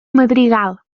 madrigal